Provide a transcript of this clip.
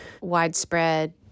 widespread